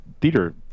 theater